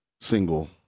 single